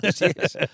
yes